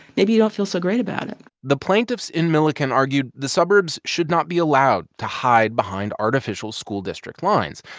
maybe you don't feel so great about it the plaintiffs in milliken argued the suburbs should not be allowed to hide behind artificial school district lines.